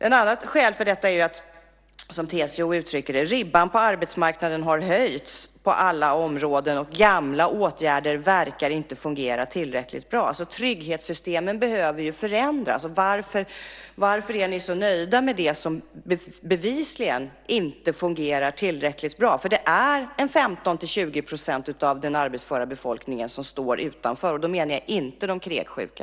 Ett annat skäl för detta är, som TCO uttrycker det: Ribban på arbetsmarknaden har höjts på alla områden, och gamla åtgärder verkar inte fungera tillräckligt bra. Trygghetssystemet behöver ju förändras. Varför är ni så nöjda med det som bevisligen inte fungerar tillräckligt bra? Det är nämligen 15-20 % av den arbetsföra befolkningen som står utanför. Och då menar jag inte de kräksjuka.